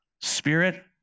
Spirit